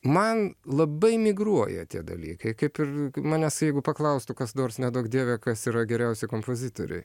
man labai migruoja tie dalykai kaip ir manęs jeigu paklaustų kas nors neduok dieve kas yra geriausi kompozitoriai